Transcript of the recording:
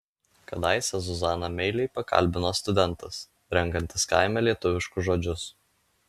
kadaise zuzaną meiliai pakalbino studentas renkantis kaime lietuviškus žodžius